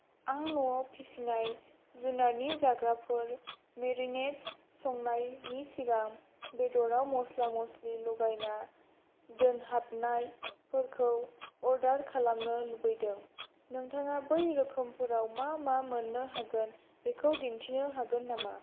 आं न'आव फिसिनाय जुनारनि जाग्राफोर मेरिनेड्स संनायनि सिगां बेद'राव मस्ला मस्लि लगायना दोनहाबनाय फोरखौ अर्डार खालामनो लुबैदों नोंथाङा बै रोखोमफोराव मा मा मोननो हागोन बेखौ दिन्थिनो हागोन नामा